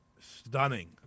stunning